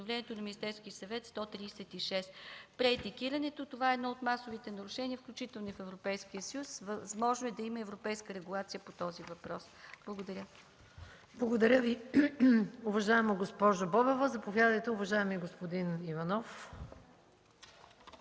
на Министерския съвет № 136. Преетикирането е едно от масовите нарушения, включително и в Европейския съюз. Възможно е да има и европейска регулация по този въпрос. Благодаря. ПРЕДСЕДАТЕЛ МАЯ МАНОЛОВА: Благодаря Ви, уважаема госпожо Бобева. Заповядайте, уважаеми господин Иванов.